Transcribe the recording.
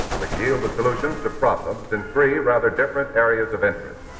which yield the solutions to problems in three rather different areas of interest.